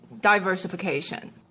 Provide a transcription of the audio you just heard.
diversification